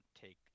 take